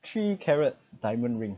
three carat diamond ring